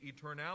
eternality